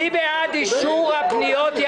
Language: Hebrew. מי בעד אישור הפניות?